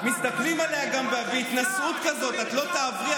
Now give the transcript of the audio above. מסתכלים עליה גם בהתנשאות כזאת: את לא תעברי,